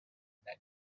that